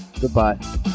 Goodbye